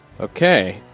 Okay